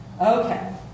Okay